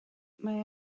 mae